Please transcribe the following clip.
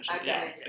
Okay